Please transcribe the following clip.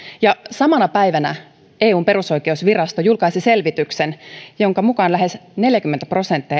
ja samana päivänä eun perusoikeusvirasto julkaisi selvityksen jonka mukaan lähes neljäkymmentä prosenttia